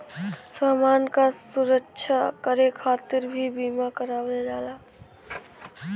समान क सुरक्षा करे खातिर भी बीमा करावल जाला